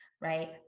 right